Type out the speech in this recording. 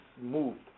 moved